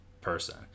person